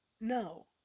No